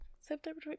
September